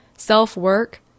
self-work